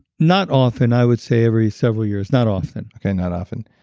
not often. i would say every several years. not often okay. not often.